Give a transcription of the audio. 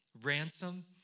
ransom